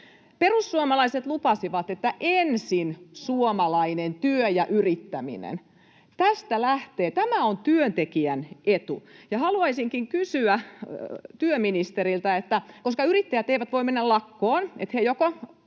Perussuomalaiset lupasivat, että ensin suomalainen työ ja yrittäminen. Tästä lähtee, tämä on työntekijän etu. Haluaisinkin kysyä työministeriltä: Koska yrittäjät eivät voi mennä lakkoon, he joko